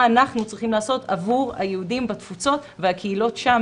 על סדר היום: השפעת הקשר עם יהדות התפוצות על כלכלת ישראל,